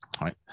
Right